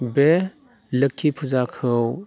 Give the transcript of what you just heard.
बे लोक्षि फुजाखौ